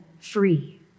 free